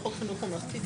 "בחוק חינוך ממלכתי,